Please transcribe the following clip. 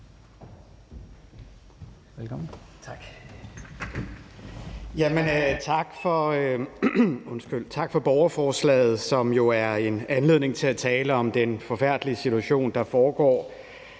Tak, og tak for borgerforslaget, som jo er en anledning til at tale om den forfærdelige situation, der foregår